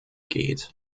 geht